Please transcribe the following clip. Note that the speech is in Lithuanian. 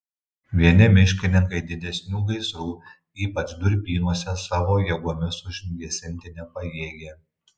vieni miškininkai didesnių gaisrų ypač durpynuose savo jėgomis užgesinti nepajėgė